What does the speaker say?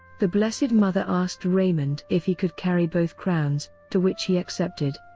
the blessed mother asked raymund if he could carry both crowns, to which he accepted.